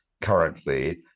currently